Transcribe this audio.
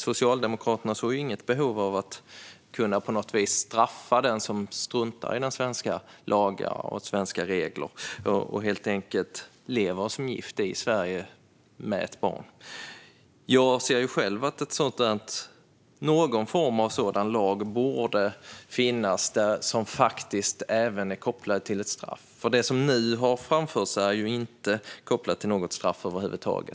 Socialdemokraterna ser inget behov av att på något vis kunna straffa den som struntar i svenska lagar och regler och helt enkelt lever som gift med ett barn i Sverige. Jag anser att någon form av sådan lag borde finnas. Den ska även vara kopplad till ett straff. Det som nu har framförts är inte kopplat till något straff över huvud taget.